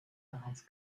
bereits